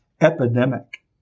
epidemic